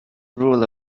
rule